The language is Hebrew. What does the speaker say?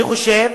אני חושב,